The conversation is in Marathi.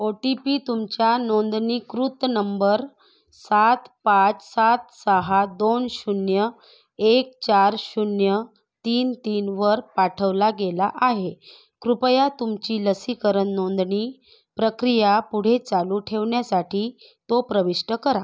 ओ टी पी तुमच्या नोंदणीकृत नंबर सात पाच सात सहा दोन शून्य एक चार शून्य तीन तीन वर पाठवला गेला आहे कृपया तुमची लसीकरण नोंदणी प्रक्रिया पुढे चालू ठेवण्यासाठी तो प्रविष्ट करा